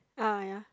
ah yeah